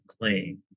claim